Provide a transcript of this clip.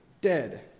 dead